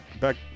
back –